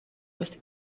with